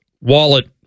Wallet